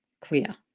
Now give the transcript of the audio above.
clear